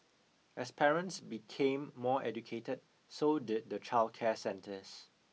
as parents became more educated so did the childcare centres